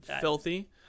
Filthy